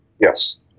Yes